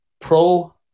pro